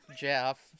Jeff